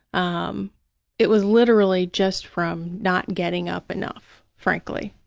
um it was literally just from not getting up enough, frankly.